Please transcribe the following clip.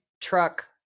truck